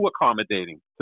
accommodating